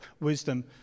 wisdom